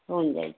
होऊन जाईल